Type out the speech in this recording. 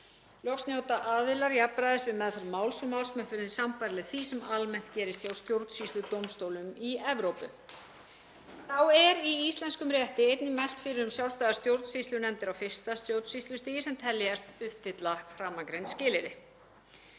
Loks njóta aðilar jafnræðis við meðferð máls og málsmeðferðin er sambærileg því sem almennt gerist hjá stjórnsýsludómstólum í Evrópu. Þá er í íslenskum rétti einnig mælt fyrir um sjálfstæðar stjórnsýslunefndir á fyrsta stjórnsýslustigi sem teljast uppfylla framangreind skilyrði.